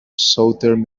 southern